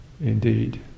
indeed